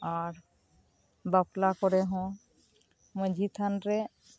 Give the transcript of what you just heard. ᱟᱨ ᱵᱟᱯᱞᱟ ᱠᱚᱨᱮ ᱦᱚᱸ ᱢᱟᱡᱷᱤ ᱛᱷᱟᱱ ᱨᱮ